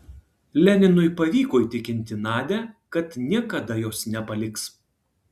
leninui pavyko įtikinti nadią kad niekada jos nepaliks